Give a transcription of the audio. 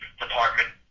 department